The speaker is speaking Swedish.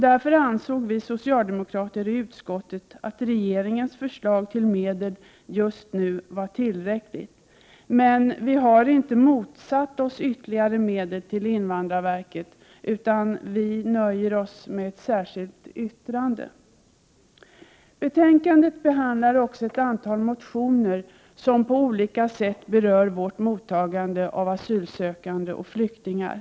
Därför anser vi socialdemokrater i utskottet att de medel som regeringen föreslår just nu är tillräckliga, men vi motsätter oss inte ytterligare medel till invandrarverket utan nöjer oss med att avge ett särskilt yttrande. I betänkandet behandlas också ett antal motioner som på olika sätt berör vårt mottagande av asylsökande och flyktingar.